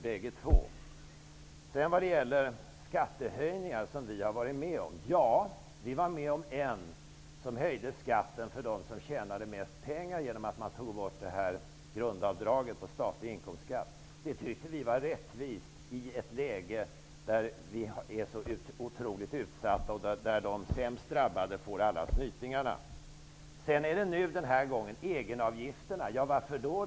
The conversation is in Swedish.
Vidare är det frågan om de skattehöjningar Ny demokrati har medverkat till. Ja, vi har medverkat till att höja skatten för dem som tjänar mest pengar, dvs. genom att ta bort grundavdraget för statlig inkomstskatt. Vi tycker att det är rättvist i ett läge där de sämst drabbade får ta alla snytingarna. Vidare är det frågan om egenavgifterna. Varför då?